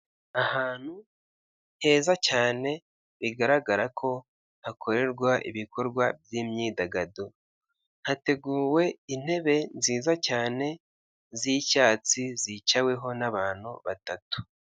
Ahantu heza cyane, bigaragara ko hakorerwa ibikorwa by'imyidagaduro. Hateguwe intebe nziza cyane z'icyatsi zicaweho n'abantu batatu.